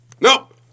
Nope